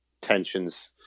tensions